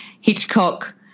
Hitchcock